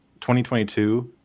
2022